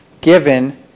given